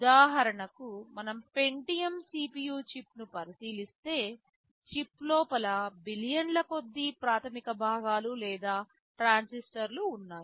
ఉదాహరణకు మనం Pentium CPU చిప్ను పరిశీలిస్తే చిప్ లోపల బిలియన్ల కొద్దీ ప్రాథమిక భాగాలు లేదా ట్రాన్సిస్టర్లు ఉన్నాయి